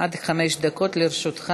עד חמש דקות לרשותך.